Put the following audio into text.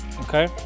Okay